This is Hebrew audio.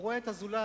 הוא רואה את הזולת